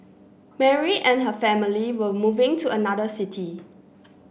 Mary and her family were moving to another city